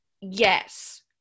yes